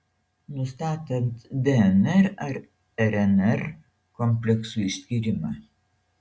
nustatant dnr ar rnr kompleksų išskyrimą